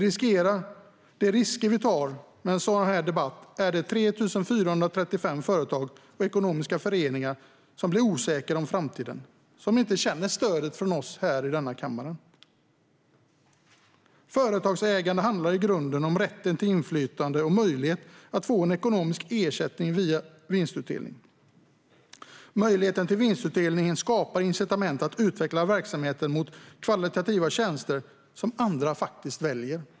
Risken vi tar med en sådan här debatt är att 3 435 företag och ekonomiska föreningar blir osäkra om framtiden och inte känner stödet från oss här i denna kammare. Företagsägande handlar i grunden om rätten till inflytande och möjligheten att få ekonomisk ersättning via vinstutdelning. Möjligheten till vinstutdelning skapar incitament att utveckla verksamheten mot högkvalitativa tjänster som andra faktiskt väljer.